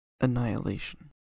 Annihilation